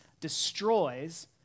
destroys